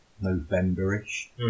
November-ish